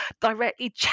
directly